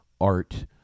art